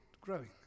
growing